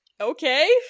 Okay